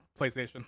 PlayStation